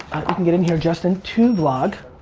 you can get in here, justin. to vlog.